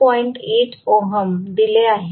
8 ohm दिले आहेत